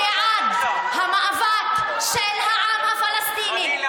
אני בעד המאבק של העם הפלסטיני.